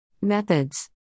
Methods